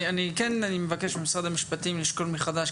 אני כן מבקש ממשרד המשפטים לשקול מחדש,